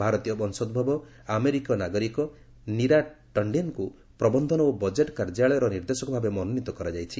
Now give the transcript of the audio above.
ଭାରତୀୟ ବଂଶୋଭବ ଆମେରିକୀୟ ନାଗରିକ ନୀରା ଟଣ୍ଡେନ୍ଙ୍କୁ ପ୍ରବନ୍ଧନ ଓ ବଜେଟ୍ କାର୍ଯ୍ୟାଳୟର ନିର୍ଦ୍ଦେଶକ ଭାବେ ମନୋନୀତ କରାଯାଇଛି